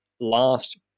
last